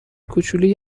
کوچولوی